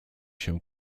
się